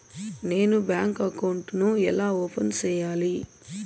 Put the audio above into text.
నేను bank account ను ఎలా ఓపెన్ సేయాలి?